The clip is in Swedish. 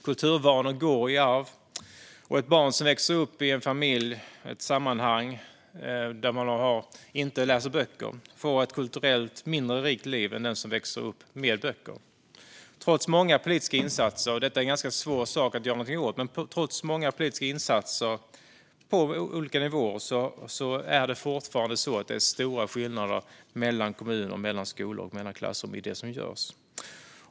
Kulturvanor går i arv, och ett barn som växer upp i en familj och ett sammanhang där man inte läser böcker får ett kulturellt mindre rikt liv än den som växer upp med böcker. Detta är en ganska svår sak att göra någonting åt. Trots många politiska insatser på olika nivåer är det fortfarande så att det är stora skillnader mellan kommuner, mellan skolor och mellan klassrum i det som görs.